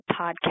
podcast